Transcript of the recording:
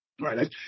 Right